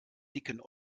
dicken